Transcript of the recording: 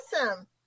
awesome